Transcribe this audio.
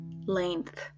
Length